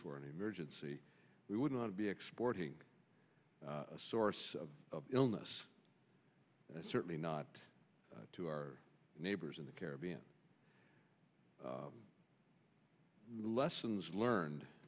for an emergency we would not be exporting a source of illness certainly not to our neighbors in the caribbean lessons learned